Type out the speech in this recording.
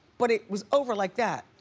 but it was over like that.